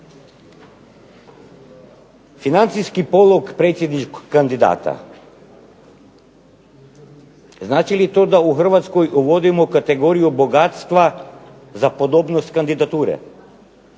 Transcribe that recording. Financijski polog predsjedniku kandidata. Znači li to da u Hrvatskoj uvodimo kategoriju bogatstva za podobnost kandidature?